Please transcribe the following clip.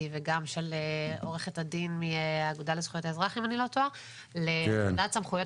וגם של עורכת הדין מהאגודה לזכויות האזרח לפקודת סמכויות